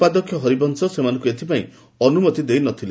ଉପାଧ୍ୟକ୍ଷ ହରିବଂଶ ସେମାନଙ୍କୁ ଏଥିପାଇଁ ଅନୁମତି ଦେଇନଥିଲେ